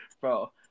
Bro